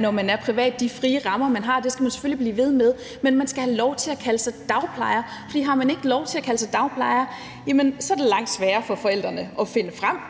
når man er privat, og de frie rammer, man har. Det skal man selvfølgelig blive ved med, men man skal have lov til at kalde sig dagplejer, for har man ikke lov til at kalde sig dagplejer, er det langt sværere for forældrene at finde frem